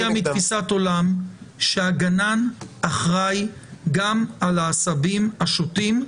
ואני מגיע מתפיסת עולם שהגנן אחראי גם על העשבים השוטים,